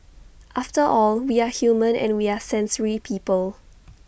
after all we are human and we are sensory people